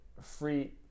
free